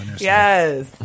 Yes